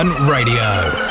Radio